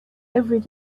every